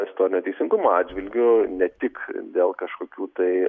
istorinio teisingumo atžvilgiu ne tik dėl kažkokių tai